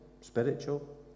Spiritual